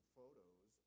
photos